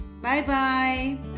Bye-bye